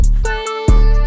friend